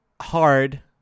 Hard